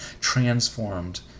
transformed